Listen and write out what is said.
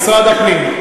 משרד הפנים.